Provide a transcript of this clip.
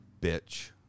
Bitch